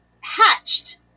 hatched